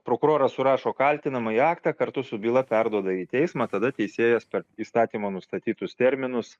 prokuroras surašo kaltinamąjį aktą kartu su byla perduoda į teismą tada teisėjas per įstatymo nustatytus terminus